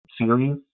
series